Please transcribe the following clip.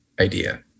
idea